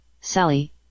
Sally